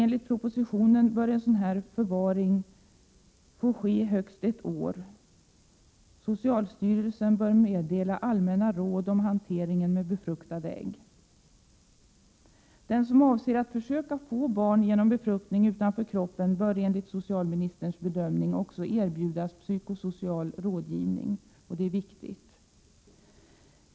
Enligt propositionen bör sådan förvaring av ägg få ske högst ett år. Socialstyrelsen bör meddela allmänna råd om hanteringen av befruktade ägg. Den som avser att försöka få barn genom befruktning utanför kroppen bör enligt socialministerns bedömning erbjudas psykosocial rådgivning. Det är viktigt.